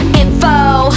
info